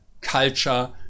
culture